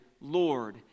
Lord